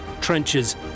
trenches